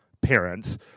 parents